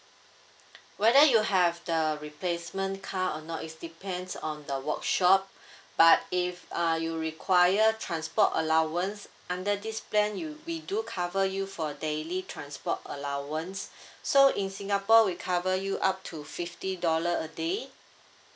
whether you have the replacement car or not is depends on the workshop but if uh you require transport allowance under this plan you we do cover you for daily transport allowance so in singapore we cover you up to fifty dollar a day